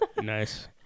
Nice